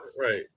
right